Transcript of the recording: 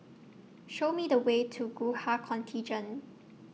Show Me The Way to Gurkha Contingent